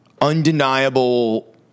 undeniable